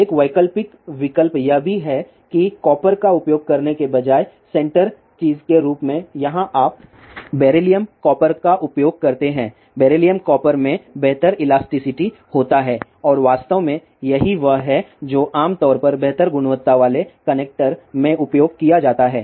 एक वैकल्पिक विकल्प यह भी है कि कॉपर का उपयोग करने के बजाय सेंटर चीज़ के रूप में यहाँ आप बेरिलियम कॉपर का उपयोग करते हैं बेरिलियम कॉपर में बेहतर इलास्टिसिटी होता है और वास्तव में यही वह है जो आमतौर पर बेहतर गुणवत्ता वाले कनेक्टर में उपयोग किया जाता है